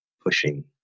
pushing